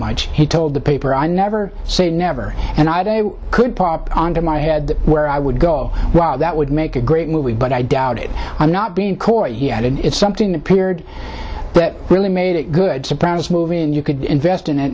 might he told the paper i never say never and i could pop on to my head where i would go wow that would make a great movie but i doubt it i'm not being coy yet and it's something that appeared that really made it good surprise movie and you could invest in it